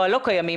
או הלא קיימים,